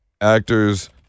Actors